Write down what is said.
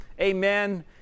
Amen